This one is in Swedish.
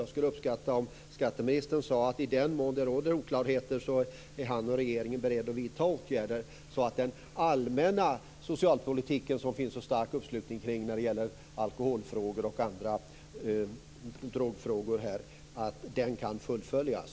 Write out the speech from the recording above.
Jag skulle uppskatta om skatteministern sade att i den mån det råder oklarheter är han och regeringen beredda att vidta åtgärder så att den allmänna socialpolitiken, som det finns en sådan stark uppslutning kring när det gäller alkoholfrågor och andra drogfrågor, kan fullföljas.